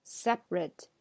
separate